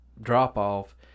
drop-off